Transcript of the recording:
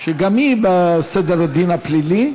שגם היא בסדר הדין הפלילי,